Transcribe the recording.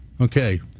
okay